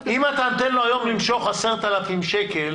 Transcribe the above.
אם אתה נותן לו היום למשוך 10,000 שקל